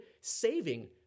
saving